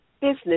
business